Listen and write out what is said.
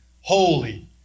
Holy